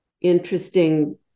interesting